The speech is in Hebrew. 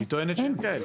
היא טוענת שכן.